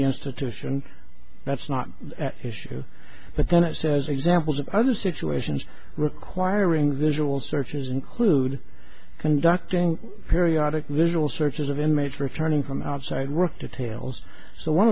the institution that's not the issue but then it says examples of other situations requiring visual searches include conducting periodic visual searches of inmates returning from outside work details so one